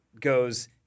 goes